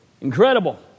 Incredible